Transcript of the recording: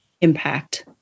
impact